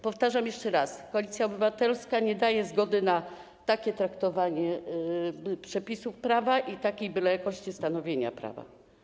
Powtarzam jeszcze raz: Koalicja Obywatelska nie daje zgody na takie traktowanie przepisów prawa i taką bylejakość stanowienia prawa.